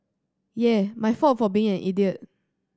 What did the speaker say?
yeah my fault for being an idiot